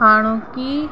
हाणोकी